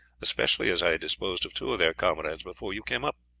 especially as i had disposed of two of their comrades before you came up.